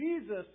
Jesus